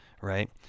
Right